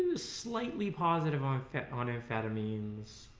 slightly positive on on amphetamines?